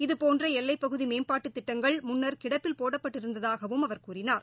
இதபோன்றஎல்லைகுதிமேம்பாட்டுத் திட்டங்கள் முன்னா் கிடப்பில் போடப்பட்டிருந்ததாகவும் அவர் கூறினார்